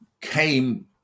came